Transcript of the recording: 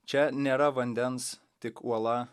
čia nėra vandens tik uola